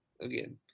Again